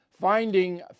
Finding